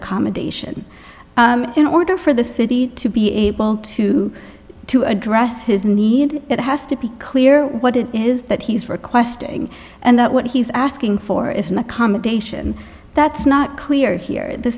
accommodation in order for the city to be able to to address his need it has to be clear what it is that he's requesting and that what he's asking for is an accommodation that's not clear here the